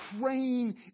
praying